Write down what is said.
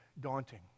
daunting